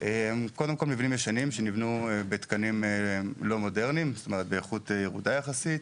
קודם כול: מבנים ישנים שנבנו בתקנים לא מודרניים ובאיכות ירודה יחסית.